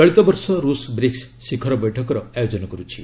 ଚଳିତ ବର୍ଷ ରୁଷ ବ୍ରିକ୍ ଶିଖର ବୈଠକର ଆୟୋଜନ କରୁଛି